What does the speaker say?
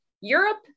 Europe